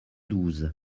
douze